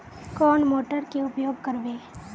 कौन मोटर के उपयोग करवे?